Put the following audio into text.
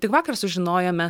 tik vakar sužinojome